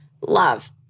love